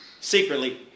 secretly